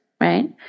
right